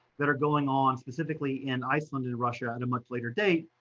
that are going on, specifically in iceland and russia, at a much later date,